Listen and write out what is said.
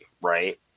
Right